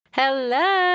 hello